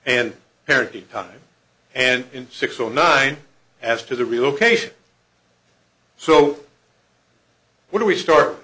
and parenting time and in six zero nine as to the relocation so what do we start